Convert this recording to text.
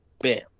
Bam